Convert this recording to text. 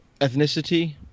ethnicity